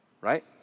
right